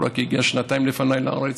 הוא רק הגיע שנתיים לפניי לארץ,